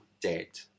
dead